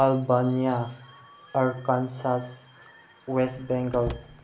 Albania Arkansas West Bengal